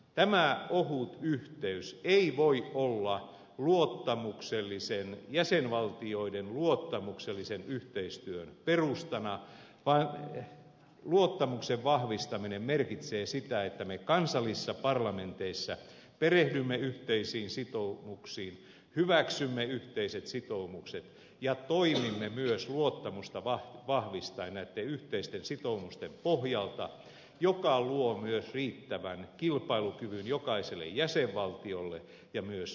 tämä ohut yhteys ei voi olla jäsenvaltioiden luottamuksellisen yhteistyön perustana vaan luottamuksen vahvistaminen merkitsee sitä että me kansallisissa parlamenteissa perehdymme yhteisiin sitoumuksiin hyväksymme yhteiset sitoumukset ja toimimme myös luottamusta vahvistaen näitten yhteisten sitoumusten pohjalta mikä luo myös riittävän kilpailukyvyn jokaiselle jäsenvaltiolle ja myös euroopan unionille